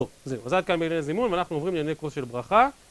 זהו, אז זה עד כאן בעניין הזימון, ואנחנו עוברים לענייני כוס של ברכה.